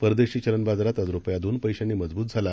परदेशी चलन बाजारात आज रुपया दोन पैशांनी मजबूत झाला